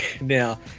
Now